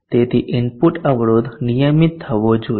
તેથી ઇનપુટ અવરોધ નિયમિત થવો જોઈએ